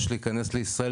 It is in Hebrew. הליכים מדורגים שנדחו,